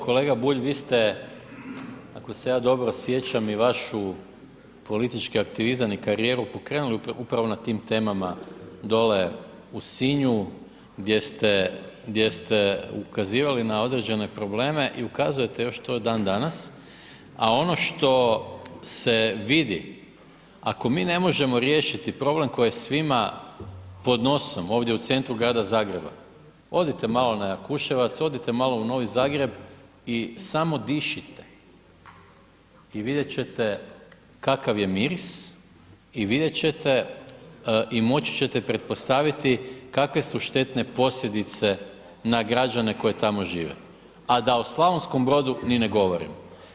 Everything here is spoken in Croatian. Kolega Bulj, vi ste ako se ja dobro sjećam i vašu politički aktivizam i karijeru pokrenuli upravo na tim temama dole u Sinju gdje ste, gdje ste ukazivali na određene probleme i ukazujete još to dan danas, a ono što se vidi, ako mi ne možemo riješiti problem koji je svima pod nosom ovdje u centru Grada Zagreba, odite malo na Jakuševac, odite malo u Novi Zagreb i samo dišite i vidjet ćete kakav je miris i vidjet ćete i moći ćete pretpostaviti kakve su štetne posljedice na građane koji tamo žive, a da o Slavonskom brodu ni ne govorimo.